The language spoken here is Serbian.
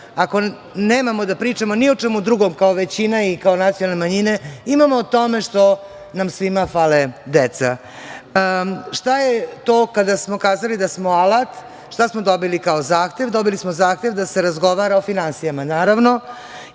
Ako nemamo da pričamo, ni o čemu drugom, kao većina i kao nacionalne manjine, imamo o tome što nam svima fale deca. Šta je to kada smo kazali da smo alat? Šta smo dobili kao zahtev? Dobili smo zahtev da se razgovara o finansijama, naravno,